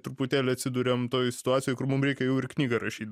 truputėlį atsiduriam toj situacijoj kur mum reikia jau ir knygą rašyt